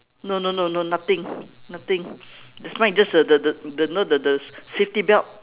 no no no no nothing nothing this one just the the the the you know the the the safety belt